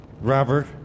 Robert